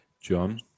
John